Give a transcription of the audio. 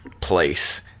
place